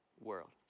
world